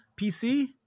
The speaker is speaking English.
PC